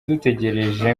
dutegereje